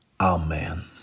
Amen